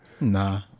Nah